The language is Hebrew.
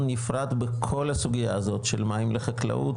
נפרד בכל הסוגייה הזאת של מים לחקלאות,